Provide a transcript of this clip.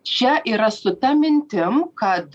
čia yra su ta mintim kad